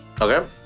Okay